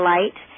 Light